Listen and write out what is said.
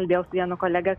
kalbėjau su vienu kolega